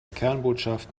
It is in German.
kernbotschaft